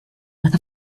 with